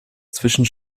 zwischen